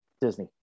Disney